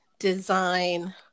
design